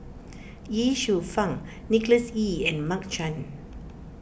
Ye Shufang Nicholas Ee and Mark Chan